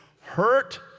Hurt